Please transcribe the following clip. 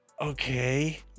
okay